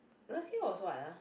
last year was what ah